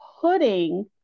putting